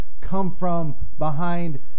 come-from-behind